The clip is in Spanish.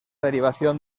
derivación